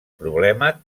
problema